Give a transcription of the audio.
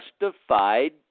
justified